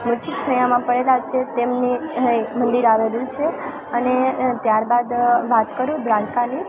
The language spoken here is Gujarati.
વચ્ચે શય્યામાં પડેલા છે તેમની એય મંદિર આવેલું છે અને ત્યારબાદ વાત કરું દ્વારકાની